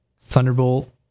Thunderbolt